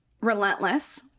Relentless